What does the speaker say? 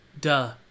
Duh